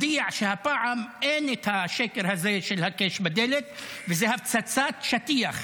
צה"ל הודיע שהפעם אין את השקר הזה של הקש בדלת וזו הפצצת שטיח,